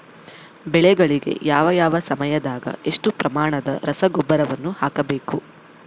ಬೆಳೆಗಳಿಗೆ ಯಾವ ಯಾವ ಸಮಯದಾಗ ಎಷ್ಟು ಪ್ರಮಾಣದ ರಸಗೊಬ್ಬರವನ್ನು ಹಾಕಬೇಕು?